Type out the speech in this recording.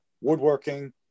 woodworking